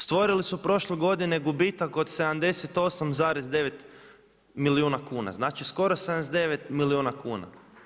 Stvorili su prošle godine gubitak od 78,9 milijuna kuna, znači skoro 79 milijuna kuna.